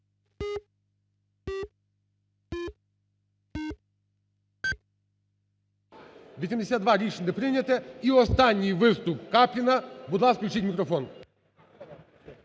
За-82 Рішення не прийнято. І останній виступ Капліна. Будь ласка, включіть мікрофон.